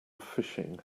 fishing